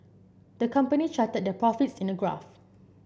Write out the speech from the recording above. the company charted their profits in a graph